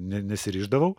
ne nesirišdavau